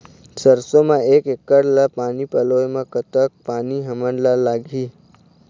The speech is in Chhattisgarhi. सरसों म एक एकड़ ला पानी पलोए म कतक पानी हमन ला लगही?